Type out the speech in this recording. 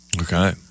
Okay